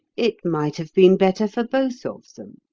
it might have been better for both of them.